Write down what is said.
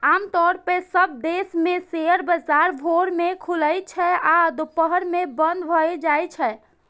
आम तौर पर सब देश मे शेयर बाजार भोर मे खुलै छै आ दुपहर मे बंद भए जाइ छै